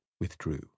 withdrew